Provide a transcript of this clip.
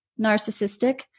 narcissistic